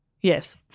Yes